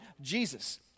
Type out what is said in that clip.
Jesus